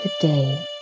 today